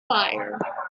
fire